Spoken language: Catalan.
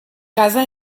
casa